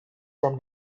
from